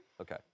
Okay